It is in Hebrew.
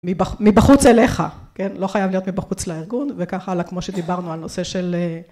מבחוץ אליך, כן, לא חייב להיות מבחוץ לארגון וכך הלאה כמו שדיברנו על נושא של...